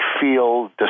feel